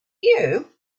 you